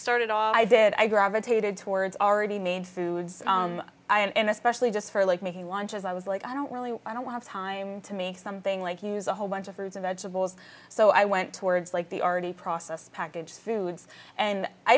started all i did i gravitated towards already made foods and especially just for like making lunches i was like i don't really i don't want to time to make something like use a whole bunch of fruits or vegetables so i went towards like the already processed packaged foods and i